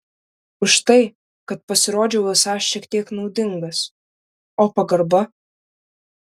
už tai kad pasirodžiau esąs šiek tiek naudingas o pagarba